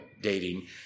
dating